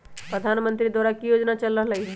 प्रधानमंत्री द्वारा की की योजना चल रहलई ह?